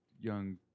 young